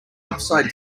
upside